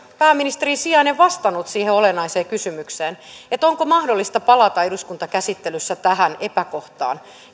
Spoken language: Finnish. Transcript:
pääministerin sijainen vastannut siihen olennaiseen kysymykseen että onko mahdollista palata eduskuntakäsittelyssä tähän epäkohtaan